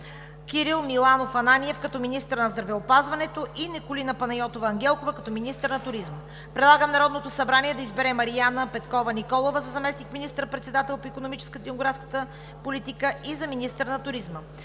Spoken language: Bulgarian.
Кирил Миланов Ананиев като министър на здравеопазването и Николина Панайотова Ангелкова като министър на туризма. Предлагам Народното събрание да избере Марияна Петкова Николова за заместник министър-председател по икономическата и демографската политика и за министър на туризма;